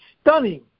stunning